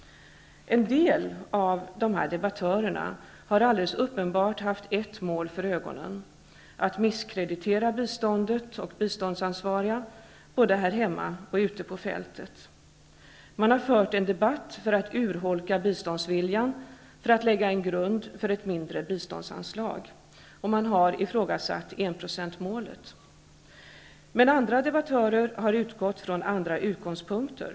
En del av dessa debattörer har alldeles uppenbart haft ett mål för ögonen, nämligen att misskreditera biståndet och biståndsansvariga både här hemma och ute på fältet. De har fört en debatt för att urholka biståndsviljan för att därigenom lägga en grund för ett lägre biståndsanslag. Man har ifrågasatt enprocentsmålet. Andra debattörer har utgått från andra utgångspunkter.